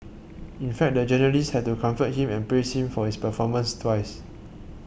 in fact the journalist had to comfort him and praise him for his performance twice